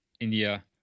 India